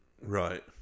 Right